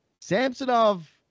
Samsonov